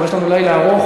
אנחנו, יש לנו לילה ארוך.